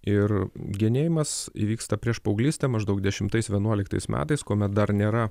ir genėjimas įvyksta prieš paauglystę maždaug dešimtais vienuoliktais metais kuomet dar nėra